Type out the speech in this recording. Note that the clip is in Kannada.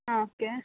ಹಾಂ ಓಕೆ